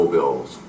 Bills